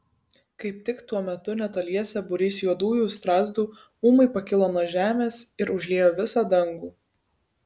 kaip tik tuo metu netoliese būrys juodųjų strazdų ūmai pakilo nuo žemės ir užliejo visą dangų